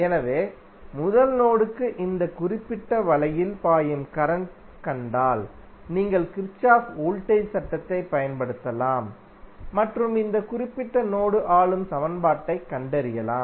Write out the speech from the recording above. எனவே முதல் நோடுக்கு இந்த குறிப்பிட்ட வலையில் பாயும் கரண்ட்க் கண்டால் நீங்கள் கிர்ச்சோஃப் வோல்டேஜ் சட்டத்தைப் பயன்படுத்தலாம் மற்றும் இந்த குறிப்பிட்ட நோடு ஆளும் சமன்பாட்டைக் கண்டறியலாம்